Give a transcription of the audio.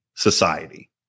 society